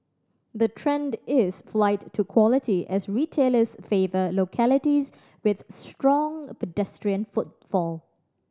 the trend is flight to quality as retailers favour localities with strong pedestrian footfall